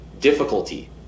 difficulty